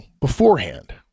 beforehand